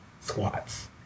squats